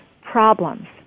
problems